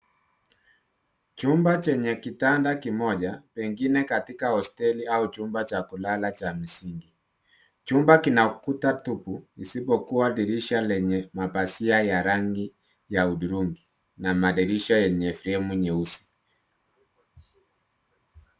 Chumba chenye kitanda kimoja, pengine katika hosteli au chumba cha kulala cha misingi. Chumba kina kuta tupu, isipokuwa dirisha lenye mapazia ya rangi ya hudhurungi na madirisha yenye fremu nyeusi.